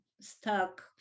stuck